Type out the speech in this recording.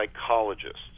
psychologists